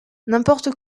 n’importe